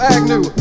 Agnew